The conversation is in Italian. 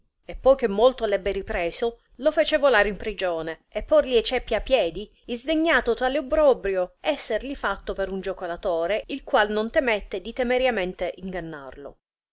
e poi che molto r ebbe ripreso lo fece volar in prigione e porli e ceppi a piedi isdegnato tale obbrobrio esserli fatto per un giocolatore il qual non temette di temerariamente ingannarlo